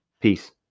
Peace